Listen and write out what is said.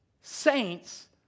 saints